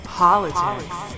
politics